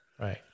Right